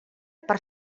per